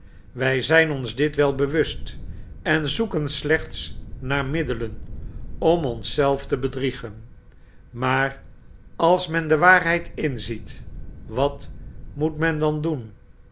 wij zijn ons dit wel bewust en zoeken slechts naar middelen om ons zelf te bedriegen maar als men de waarheid inziet wat moet men dan doen